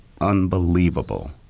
unbelievable